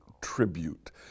tribute